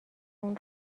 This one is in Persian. خون